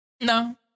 No